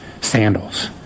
sandals